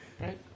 Right